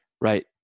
Right